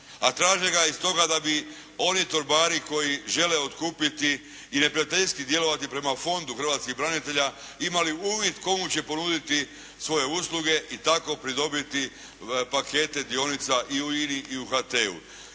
A traže i stoga da bi oni torbari koji žele otkupiti i neprijateljski djelovati prema Fondu hrvatskih branitelja, imali uvid komu će ponuditi svoje usluge i tako pridobiti pakete dionica i u Ini i u HT-u